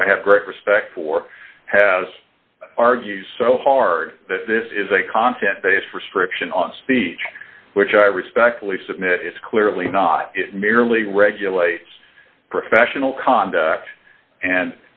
i have great respect for has argued so hard that this is a constant basis for scription on speech which i respectfully submit is clearly not merely regulates professional conduct and